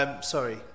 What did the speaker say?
Sorry